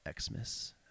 Xmas